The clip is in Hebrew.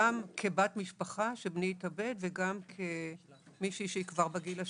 גם כבת משפחה שבני התאבד וגם כמישהי שהיא כבר בגיל השלישי.